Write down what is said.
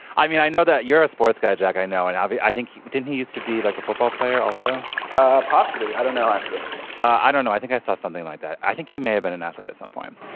i mean i know that you're a sports guy jack. i know and i think he didn't he used to be like a football player also ah possibly i don't know actually i don't know i think i saw something like that. i think he may have been an athlete at some point.